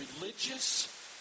religious